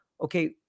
okay